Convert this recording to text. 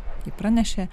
ji pranešė